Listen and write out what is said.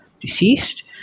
deceased